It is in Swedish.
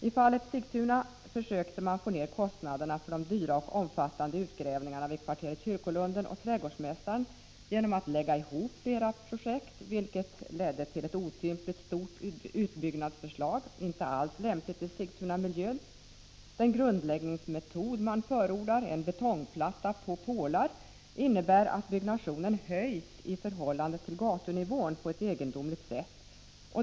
I fallet Sigtuna försökte man få ned kostnaderna för de dyra och omfattande utgrävningarna vid kvarteren Kyrkolunden och Trädgårdsmästaren genom att lägga ihop flera projekt, vilket ledde till ett otympligt stort utbyggnadsförslag som inte alls var lämpligt i Sigtunamiljön. Den grundläggningsmetod man förordar, en betongplatta på pålar, innebär att byggnationen höjs i förhållande till gatunivån på ett egendomligt sätt.